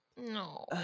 No